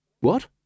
What